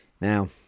Now